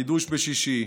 קידוש בשישי,